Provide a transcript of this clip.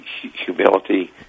humility